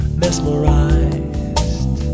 mesmerized